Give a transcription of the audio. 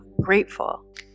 grateful